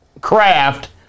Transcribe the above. craft